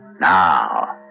Now